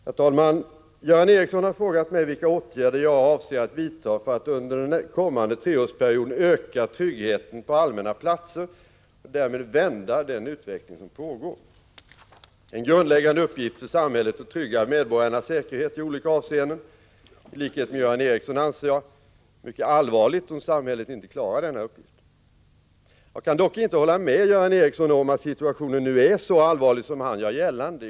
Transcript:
Herr talman! Göran Ericsson har frågat mig vilka åtgärder jag avser att vidta för att under den kommande treårsperioden öka tryggheten på allmänna platser och därmed vända den utveckling som nu pågår. Det är en grundläggande uppgift för samhället att trygga medborgarnas säkerhet i olika avseenden. I likhet med Göran Ericsson anser jag det mycket allvarligt om samhället inte klarar denna uppgift. Jag kan dock inte hålla med Göran Ericsson om att situationen nu är så allvarlig som han gör gällande.